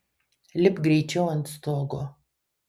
lipk greičiau ant stogo